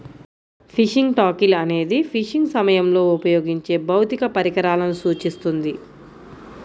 fishing tackle అనేది fishing సమయంలో ఉపయోగించే భౌతిక పరికరాలను సూచిస్తుంది